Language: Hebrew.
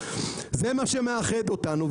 זה מה שמאחד אותנו.